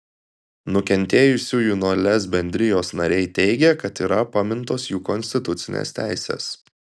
nukentėjusiųjų nuo lez bendrijos nariai teigia kad yra pamintos jų konstitucinės teisės